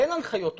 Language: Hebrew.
אין הנחיות עוד,